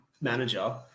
manager